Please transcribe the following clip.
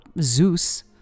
Zeus